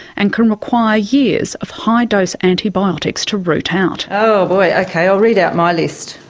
and can require years of high dose antibiotics to root out. oh boy, okay, i'll read out my list.